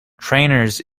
trainers